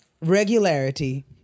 Regularity